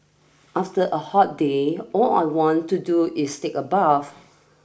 after a hot day all I want to do is take a bath